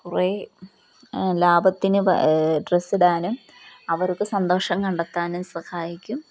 കുറേ ലാഭത്തിന് ഡ്രസ്സിടാനും അവർക്ക് സന്തോഷം കണ്ടെത്താനും സഹായിക്കും